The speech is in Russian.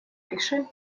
пиши